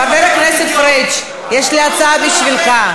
חבר הכנסת פריג', יש לי הצעה בשבילך.